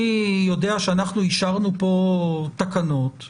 אני יודע שאנחנו אישרנו פה תקנות,